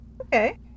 Okay